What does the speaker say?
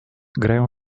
grają